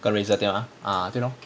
跟 razor 对吗 uh 对咯